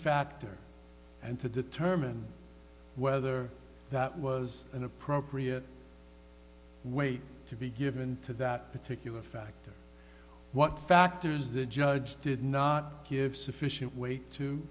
factor and to determine whether that was an appropriate way to be given to that particular factor what factors the judge did not give sufficient weight to